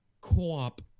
co-op